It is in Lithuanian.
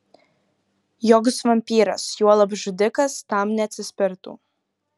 joks vampyras juolab žudikas tam neatsispirtų